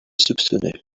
soupçonneux